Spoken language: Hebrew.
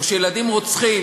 או שילדים רוצחים.